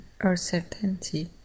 uncertainty